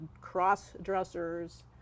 cross-dressers